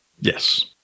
Yes